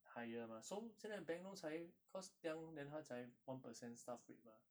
higher mah so 现在 bank loan 才 cause then 他才 one percent staff rate mah